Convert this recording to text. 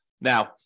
Now